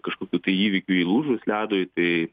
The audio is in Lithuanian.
kažkokių tai įvykių įlūžus ledui tai